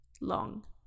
long